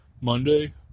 Monday